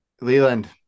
Leland